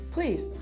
Please